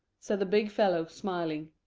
said the big fellow, smiling.